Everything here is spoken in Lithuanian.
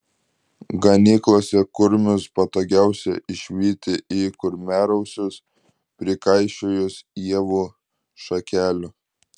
ganyklose kurmius patogiausia išvyti į kurmiarausius prikaišiojus ievų šakelių